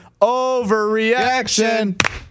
Overreaction